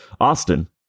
Austin